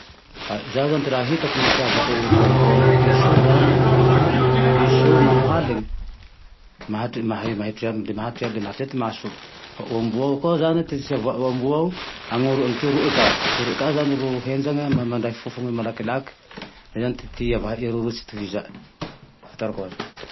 Zaho ty raha hitako mapiavaky amboa amy piso io zane. Piso io naho haligne mahatr-mahatrea le maha-mahatreo ty masony. Fa oamboa io ko zane ty ahatreavako i amboa io anorony, ty oriny ka zane ty henjane mandray fofony malakilaky. Zay zane ty ihavahan'ereo roa sy ty tsy itovizany, ty ahafantarako aze